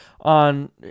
on